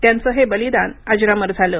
त्यांचं हे बलिदान अजरामर झालं